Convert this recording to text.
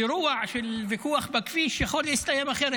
אירוע של ויכוח בכביש יכול להסתיים אחרת,